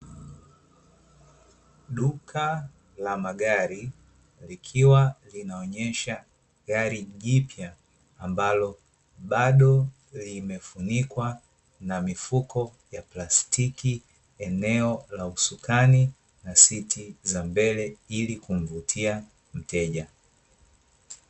Duka la magari, likiwa linaonyesha gari jipya, ambalo bado limefunikwa na mifuko ya plastiki eneo la usukani, na siti za mbele ili kumvutia mteja.